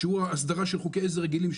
שהוא הסדרה של חוקי עזר רגילים,